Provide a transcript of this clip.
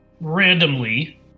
randomly